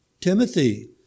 Timothy